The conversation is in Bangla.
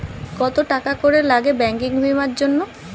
কত টাকা করে লাগে ব্যাঙ্কিং বিমার জন্য?